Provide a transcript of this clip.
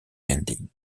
lending